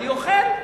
אני אוכל.